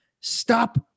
stop